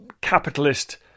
capitalist